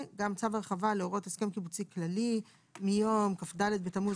(1) צו הרחבה להוראות הסכם קיבוצי כללי מיום כ"ד בתמוז